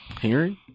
hearing